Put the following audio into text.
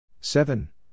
Seven